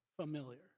familiar